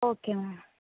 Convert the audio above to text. okay madam